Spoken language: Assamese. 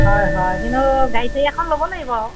হয় হয় কিন্তু গাড়ী চাড়ী এখন ল'ব লাগিব আৰু